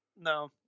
No